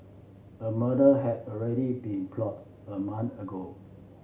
a murder had already been plot a month ago